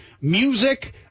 music